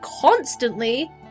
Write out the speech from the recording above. constantly